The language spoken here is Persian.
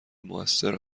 موثر